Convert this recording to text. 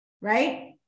Right